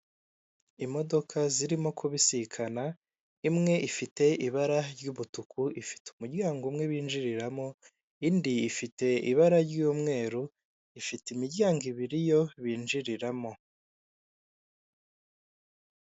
Imodoka zirimo kubisikana, imwe ifite ibara ry'umutuku, ifite umuryango umwe wo binjiriramo, indi ifite ibara ry'umweru, ifite imiryangoibiri yo binjiriramo.